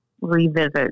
revisit